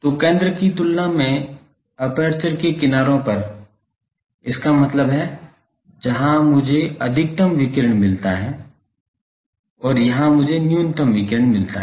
तो केंद्र की तुलना में एपर्चर के किनारों इसका मतलब है यहाँ मुझे अधिकतम विकिरण मिलता है और यहाँ मुझे न्यूनतम विकिरण मिलता है